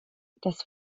das